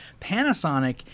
Panasonic